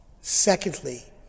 Secondly